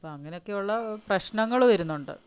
അപ്പ അങ്ങനെയൊക്കെയള്ള പ്രശ്നങ്ങള് വരുന്നുണ്ട്